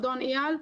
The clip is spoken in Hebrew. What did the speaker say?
אדון איל.